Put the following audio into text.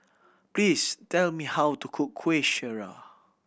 please tell me how to cook Kueh Syara